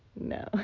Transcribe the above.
No